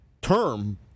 term